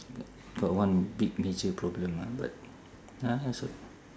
got one big major problem ah but ah it's